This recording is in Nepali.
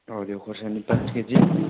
हरियो खोर्सानी पाँच केजी